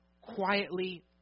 quietly